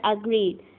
agreed